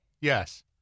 Yes